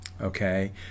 Okay